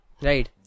right